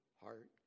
heart